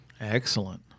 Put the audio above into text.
Excellent